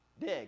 dig